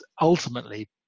ultimately